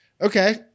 Okay